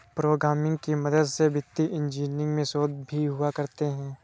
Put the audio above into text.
programming की मदद से वित्तीय इन्जीनियरिंग में शोध भी हुआ करते हैं